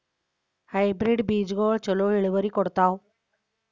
Hybrid ಬೇಜಗೊಳು ಛಲೋ ಇಳುವರಿ ಕೊಡ್ತಾವ?